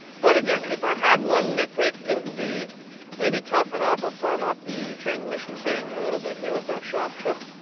but again, if i had one nitpick, it would be maybe toughen up or firm up the transmission setting a little bit here with our shop truck.